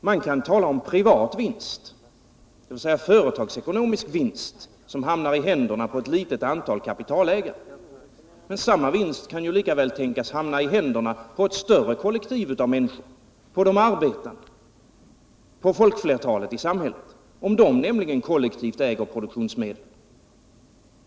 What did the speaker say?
Man kan tala om privat vinst, dvs. företagsekonomisk vinst, som hamnar i händerna på ett litet antal kapitalägare. Men samma vinst kan ju lika väl tänkas hamna i händerna på ett större kollektiv av människor, hos de arbetande, hos folkflertalet i samhället, nämligen om de kollektivt äger produktionsmedlen.